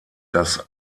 das